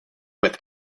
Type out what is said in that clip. with